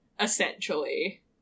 Essentially